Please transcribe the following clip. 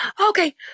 Okay